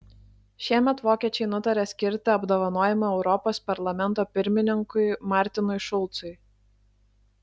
šiemet vokiečiai nutarė skirti apdovanojimą europos parlamento pirmininkui martinui šulcui